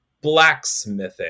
blacksmithing